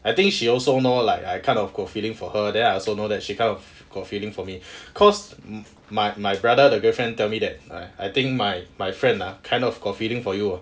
I think she also know like I kind of got feeling for her then I also know that she kind of got feeling for me cause my my brother 的 girlfriend tell me that I I think my my friend ah kind of got feeling for you ah